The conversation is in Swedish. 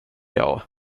jag